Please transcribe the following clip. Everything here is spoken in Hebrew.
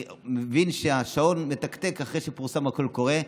אני מבין שהשעון מתקתק אחרי שפורסם הקול הקורא,